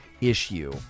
issue